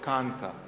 Kanta.